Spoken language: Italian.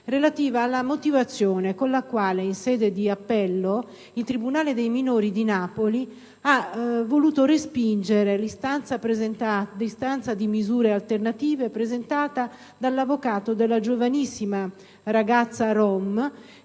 relativa alla motivazione con la quale, in sede di appello, il tribunale dei minori di Napoli ha voluto respingere l'istanza per la concessione di misure alternative presentata dall'avvocato della giovanissima ragazza rom